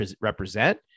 represent